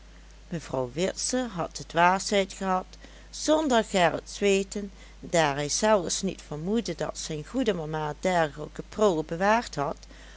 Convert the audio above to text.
mevrouw witse had de dwaasheid gehad zonder gerrits weten daar hij zelfs niet vermoedde dat zijn goede mama dergelijke prullen bewaard had